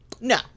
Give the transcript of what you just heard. No